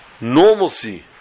normalcy